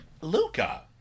Luca